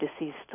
deceased